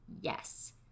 yes